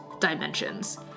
dimensions